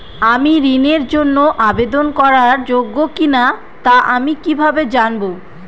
আমি ঋণের জন্য আবেদন করার যোগ্য কিনা তা আমি কীভাবে জানব?